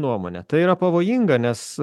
nuomone tai yra pavojinga nes